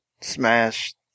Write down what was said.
smash